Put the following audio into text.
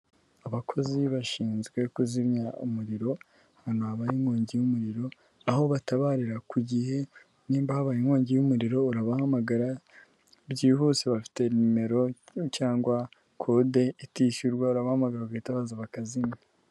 Abakozi bashinzwe kuzimyara umuriro, ahantu habaye inkongi y'umuriro, aho batabarira ku gihe, nimba habaye inkongi y'umuriro urabahamagara byihuse, bafite nimero cyangwa kode itishyurwa, urabahamagara bagahita baza bakazimya.